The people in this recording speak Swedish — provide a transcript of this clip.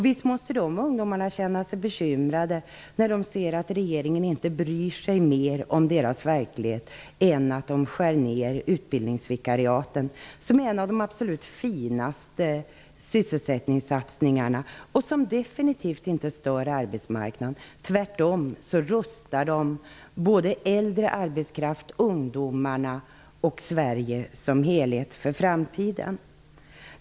Visst måste de ungdomarna känna sig bekymrade när de ser att regeringen inte bryr sig mer om deras verklighet än att man skär ned på utbildningsvikariaten, som är en av de absolut finaste sysselsättningssatsningarna och som definitivt inte stör arbetsmarknaden. Tvärtom rustar de både äldre arbetskraft, ungdomarna och Sverige som helhet för framtiden.